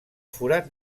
forat